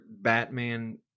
Batman